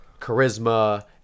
charisma